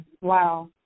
Wow